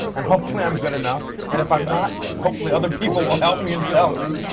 and hopefully, i'm good enough. and if i'm not, hopefully other people will help me and tell me!